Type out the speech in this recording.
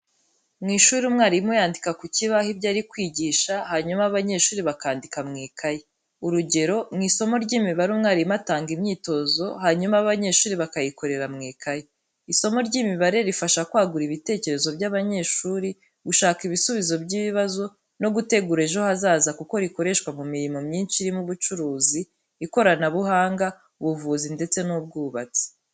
Mu ishuri, umwarimu yandika ku kibaho ibyo ari kwigisha hanyuma abanyeshuri bakandika mu ikayi. Urugero, mu isomo ry'imibare umwarimu atanga imyitozo hanyuma abanyeshuri bakayikorera mu ikayi. Isomo ry’imibare rifasha kwagura ibitekerezo by'abanyeshuri, gushaka ibisubizo by'ibibazo, no gutegura ejo hazaza kuko rikoreshwa mu mirimo myinshi irimo ubucuruzi, ikoranabuhanga, ubuvuzi, ndetse n'ubwubatsi.